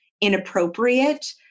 inappropriate